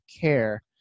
care